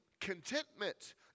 contentment